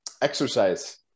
exercise